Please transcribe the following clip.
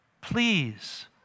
please